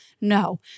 No